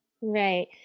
Right